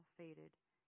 faded